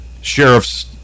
sheriff's